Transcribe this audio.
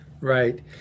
Right